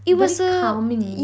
very calming